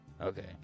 okay